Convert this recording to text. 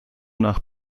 nach